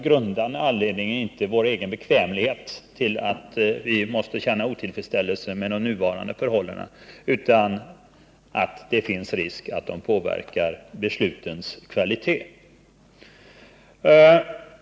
Grundorsaken till att vi måste känna otillfredsställelse med de nuvarande förhållandena är inte vår egen bekvämlighet utan risken för att arbetsförhållandena kan påverka beslutens kvalitet.